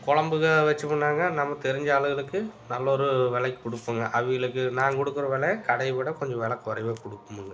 கொழம்புக வச்சமுன்னாங்க நம்ம தெரிஞ்ச ஆள்களுக்கு நல்ல ஒரு விலைக்கு கொடுப்போங்க அவிகளுக்கு நான் கொடுக்கற வெலை கடையை விட கொஞ்சம் வெலை குறைவா கொடுப்போமுங்க